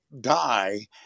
die